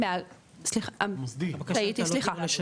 טעיתי,